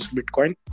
Bitcoin